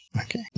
Okay